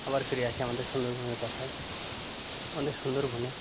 আবার ফিরে আসি আমাদের সুন্দরবনের কথায় আমাদের সুন্দরবনে